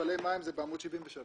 רוצה לפנות ליועץ המשפטי.